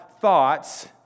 thoughts